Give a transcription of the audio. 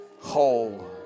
whole